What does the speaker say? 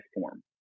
form